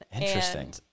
Interesting